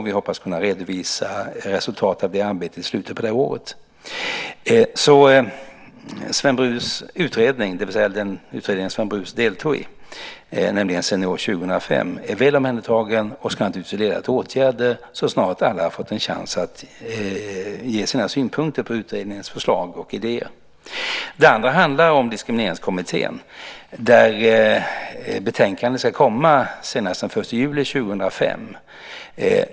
Vi hoppas kunna redovisa resultatet av det arbetet i slutet av det här året. Sven Brus utredning, det vill säga den utredning som Sven Brus deltog i, nämligen Senior 2005, är väl omhändertagen och ska naturligtvis leda till åtgärder så snart alla fått en chans att ge sina synpunkter på utredningens förslag och idéer. Det andra handlar om Diskrimineringskommittén vars betänkande ska komma senast den 1 juli 2005.